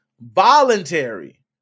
voluntary